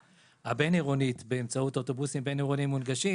הבין-עירונית באמצעות אוטובוסים בין-עירוניים מונגשים